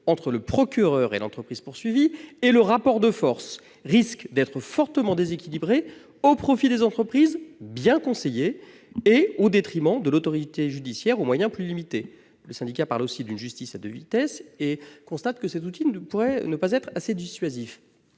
entre le procureur et l'entreprise poursuivie dans un contexte où le rapport de force risque d'être fortement déséquilibré au profit des entreprises, bien conseillées, et au détriment de l'autorité judiciaire, aux moyens plus limités. Le Syndicat de la magistrature évoque aussi une justice à deux vitesses et constate que cet outil pourrait ne pas être assez dissuasif.